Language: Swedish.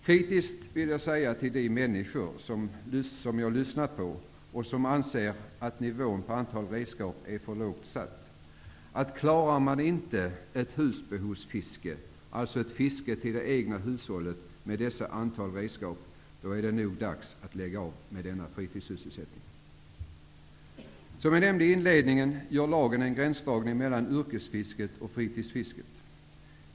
Kritiskt vill jag säga till de människor som jag har lyssnat på och som anser att det föreslagna antalet redskap är för litet: Klarar man inte ett husbehovsfiske, alltså ett fiske till det egna hushållet, med detta antal redskap är det nog dags att lägga av med denna fritidssysselsättning. Som jag nämnde i inledningen gör lagen en gränsdragning mellan yrkesfisket och fritidsfisket.